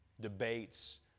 debates